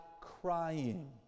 crying